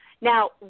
Now